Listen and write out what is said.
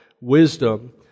wisdom